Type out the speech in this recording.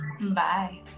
Bye